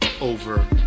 over